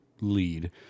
lead